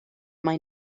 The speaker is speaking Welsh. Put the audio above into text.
mae